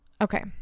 Okay